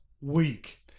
weak